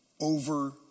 over